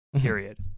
period